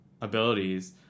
abilities